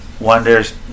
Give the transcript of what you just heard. Wonders